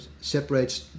separates